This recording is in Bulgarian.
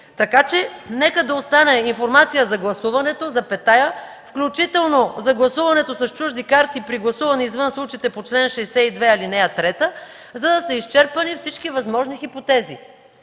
Нека да остане „информация за гласуването, включително за гласуването с чужди карти при гласуване извън случаите по чл. 62, ал. 3, за да са изчерпани всички възможни хипотези.